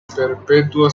perpetuo